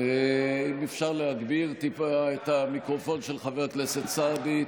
אם אפשר להגביר טיפה את המיקרופון של חבר הכנסת סעדי.